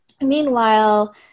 Meanwhile